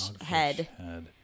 head